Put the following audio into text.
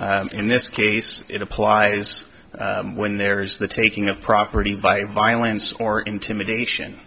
inclusive in this case it applies when there's the taking of property by violence or intimidation